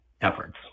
efforts